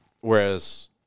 Whereas